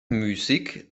müßig